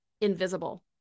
invisible